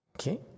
Okay